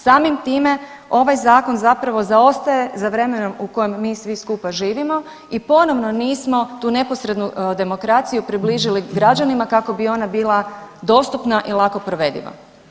Samim time ovaj zakon zapravo zaostaje za vremenom u kojem mi svi skupa živimo i ponovno nismo tu neposrednu demokraciju približili građanima kako bi ona bila dostupna i lako provediva.